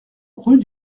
rue